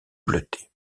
bleuté